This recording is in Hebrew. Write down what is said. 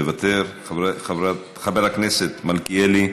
מוותר, חבר הכנסת מלכיאלי,